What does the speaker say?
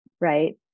right